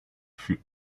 fut